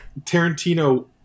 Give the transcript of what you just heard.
Tarantino